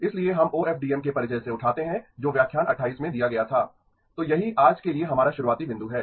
इसलिए हम ओएफडीएम के परिचय से उठाते हैं जो व्याख्यान 28 में दिया गया था तो यही आज के लिए हमारा शुरुआती बिंदु है